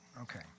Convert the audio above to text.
Okay